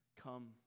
Come